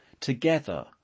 Together